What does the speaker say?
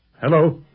Hello